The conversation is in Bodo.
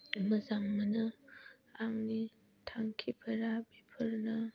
मोजां मोनो आंनि थांखिफोरा बेफोरनो